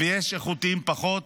ויש איכותיים פחות